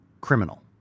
criminal